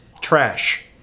Trash